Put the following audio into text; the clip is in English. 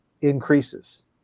increases